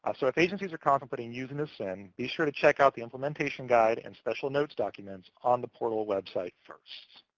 ah so if agencies are contemplating using this sin, be sure to check out the implementation guide and special notes documents on the portal website first.